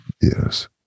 yes